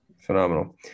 Phenomenal